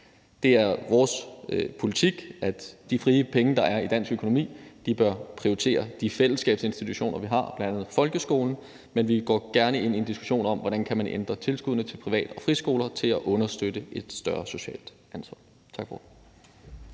Det er vores politik, at de frie penge, der er i dansk økonomi, bør prioriteres til de fællesskabsinstitutioner, vi har, bl.a. folkeskolen, men vi går gerne ind i en diskussion om, hvordan vi kan ændre tilskuddene til privat- og friskoler til at understøtte et større socialt ansvar. Tak for